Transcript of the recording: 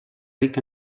ric